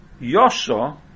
Yosha